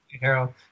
Harold